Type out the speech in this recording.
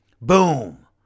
Boom